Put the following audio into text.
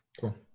Cool